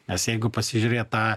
nes jeigu pasižiūrėt tą